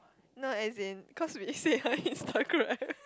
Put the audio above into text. no as in cause we see her Instagram